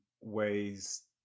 ways